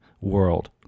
world